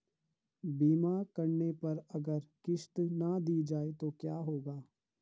बीमा करने पर अगर किश्त ना दी जाये तो क्या होगा?